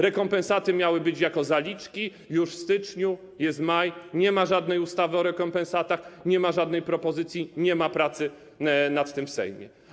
Rekompensaty miały być, jako zaliczki, już w styczniu, jest maj, nie ma żadnej ustawy o rekompensatach, nie ma żadnej propozycji, nie ma pracy nad tym w Sejmie.